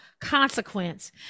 consequence